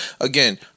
Again